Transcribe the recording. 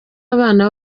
abana